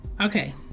Okay